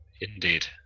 Indeed